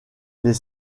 les